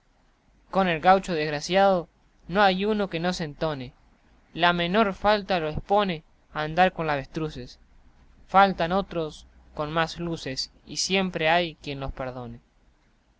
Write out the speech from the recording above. con el gaucho desgraciao no hay uno que no se entone la menor falta lo espone a andar con los avestruces faltan otros con más luces y siempre hay quien los perdone